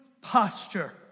posture